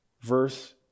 verse